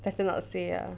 better not say ah